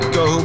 go